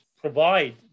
provide